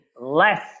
less